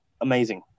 Amazing